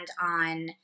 on